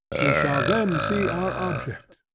we shall then see our object,